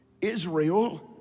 Israel